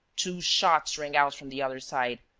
two shots rang out from the other side.